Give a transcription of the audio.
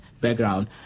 background